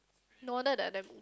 no wonder they're damn